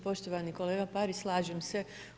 Poštovani kolega Parić slažem se.